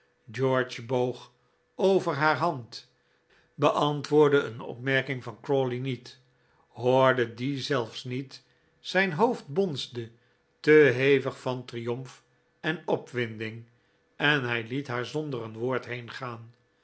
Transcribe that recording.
george boog over haar hand beantwoordde een opmerking van crawley niet hoorde die zelfs niet zijn hoofd bonsde te hevig van triomf en opwinding en hij liet haar zonder een woord